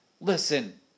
Listen